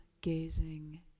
gazing